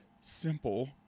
simple